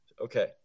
Okay